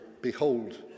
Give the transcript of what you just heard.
Behold